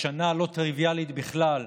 בשנה לא טריוויאלית בכלל,